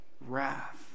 wrath